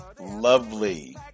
lovely